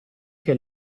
che